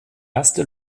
erste